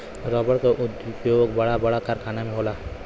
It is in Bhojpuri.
रबड़ क उपयोग बड़ा बड़ा कारखाना में होला